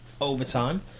overtime